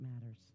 matters